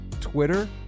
Twitter